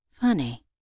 Funny